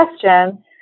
question